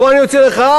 בוא אני אוציא לך,